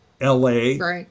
LA